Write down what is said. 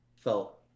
felt